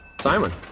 Simon